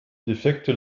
defekte